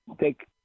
take